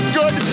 good